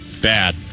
bad